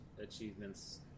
achievements